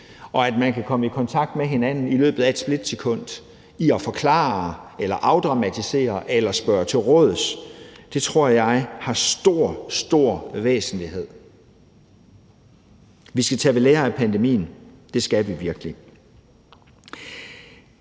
og at man kan komme i kontakt med hinanden i løbet af et splitsekund, så man kan forklare eller afdramatisere eller spørge til råds, for det tror jeg er af stor, stor væsentlighed. Vi skal tage ved lære af pandemien, det skal vi virkelig.